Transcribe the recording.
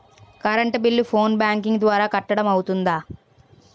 Current bill phone banking ద్వారా కట్టడం అవ్తుందా?